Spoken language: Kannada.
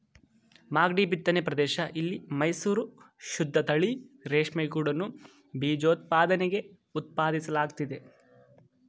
ಮಾಗ್ಡಿ ಬಿತ್ತನೆ ಪ್ರದೇಶ ಇಲ್ಲಿ ಮೈಸೂರು ಶುದ್ದತಳಿ ರೇಷ್ಮೆಗೂಡನ್ನು ಬೀಜೋತ್ಪಾದನೆಗೆ ಉತ್ಪಾದಿಸಲಾಗ್ತಿದೆ